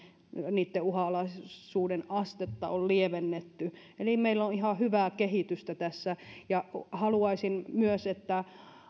niitten uhanalaisuuden astetta on lievennetty ja niin meillä on ihan hyvää kehitystä tässä haluaisin myös että